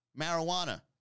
marijuana